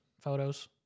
photos